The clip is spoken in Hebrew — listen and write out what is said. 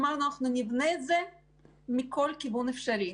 אמרנו שנבנה את זה מכל כיוון אפשרי.